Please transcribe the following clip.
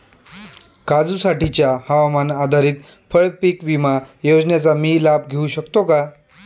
काजूसाठीच्या हवामान आधारित फळपीक विमा योजनेचा मी लाभ घेऊ शकतो का?